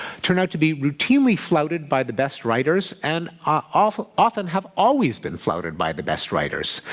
turn out to be routinely flouted by the best writers, and ah often often have always been flouted by the best writers,